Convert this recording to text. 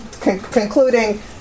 concluding